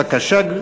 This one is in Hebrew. בבקשה.